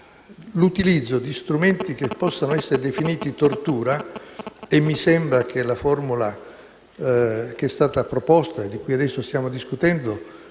l'utilizzo di strumenti che possano essere definiti di tortura - e mi sembra che la formula che è stata proposta, di cui ora stiamo discutendo,